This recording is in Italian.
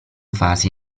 fasi